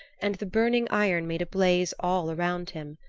and the burning iron made a blaze all around him.